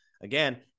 Again